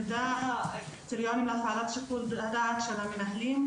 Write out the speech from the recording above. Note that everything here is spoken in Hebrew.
קריטריונים להפעלת שיקול הדעת של המנהלים,